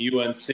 UNC